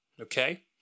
Okay